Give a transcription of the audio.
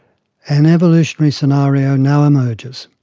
an evolutionary scenario now emerges,